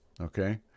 Okay